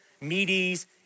Medes